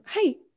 hey